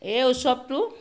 এই উৎসৱটো